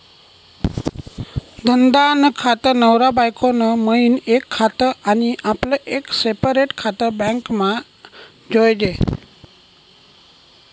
धंदा नं खातं, नवरा बायको नं मियीन एक खातं आनी आपलं एक सेपरेट खातं बॅकमा जोयजे